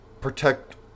protect